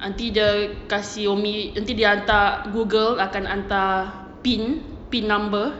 nanti dia kasih umi nanti dia hantar google akan hantar pin pin number